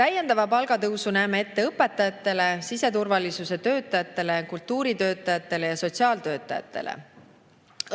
Täiendava palgatõusu näeme ette õpetajatele, siseturvalisuse töötajatele, kultuuritöötajatele ja sotsiaaltöötajatele.